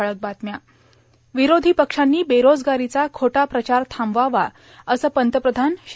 ठळक बातम्या विरोधी पक्षांनी बेरोजगारीचा खोटा प्रचार थांबवावा असं पंतप्रधान श्री